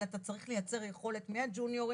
אלא אתה צריך לייצר יכולת מהג'וניורים,